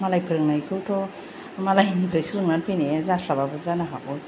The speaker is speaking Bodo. मालाय फोरोंनायखौथ' मालायनिफ्राय सोलोंनानै फैनाया जास्लाबाबो जानो हागौ